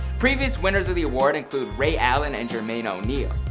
previous winners of the award include ray allen and jermaine o'neal.